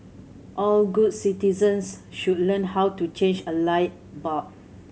all good citizens should learn how to change a light bulb